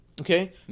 Okay